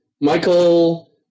Michael